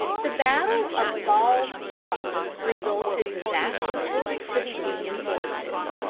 the battle of ball's bluff resulted disastrously to the union forces,